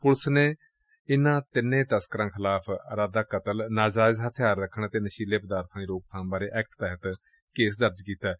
police ਨੇ ਇਨਾਂ ਤਿੰਨੇ ਤਸਕਰਾਂ ਖਿਲਾਫ਼ ਇਰਾਦਾ ਕਤਲ ਨਾਜਾਇਜ਼ ਹਬਿਆਰ ਅਤੇ ਨਸ਼ੀਲੇ ਪਦਾਰਥਾਂ ਦੀ ਰੋਕਬਾਮ ਬਾਰੇ ਐਕਟ ਤਹਿਤ ਕੇਸ ਦਰਜ ਕੀਤੈ